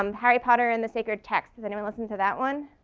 um harry potter and the sacred text has anyone listened to that one?